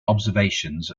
observations